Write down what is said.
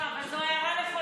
לא, אבל זו הערה נכונה.